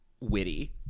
witty